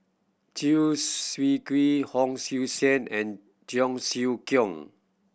Chew Swee Kee Hon Sui Sen and Cheong Siew Keong